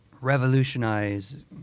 revolutionize